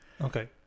Okay